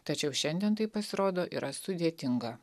tačiau šiandien tai pasirodo yra sudėtinga